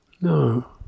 No